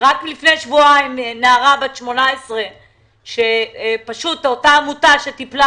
רק לפני שבועיים נערה בת 18 ברחה מן העמותה שטיפלה